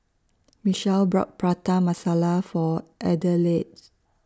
Michele bought Prata Masala For Adelaide